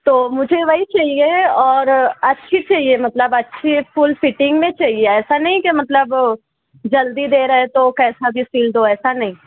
تو مجھے وہی چاہیے اور اچھی چاہیے مطلب اچھی فل فٹنگ میں چاہیے ایسا نہیں کہ مطلب جلدی دے رہے تو کیسا بھی سل دو ایسا نہیں